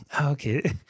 Okay